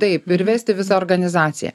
taip ir vesti visą organizaciją